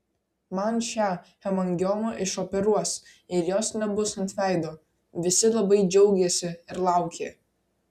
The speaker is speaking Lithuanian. man šią hemangiomą išoperuos ir jos nebus ant veido visi labai džiaugėsi ir laukė